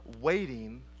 waiting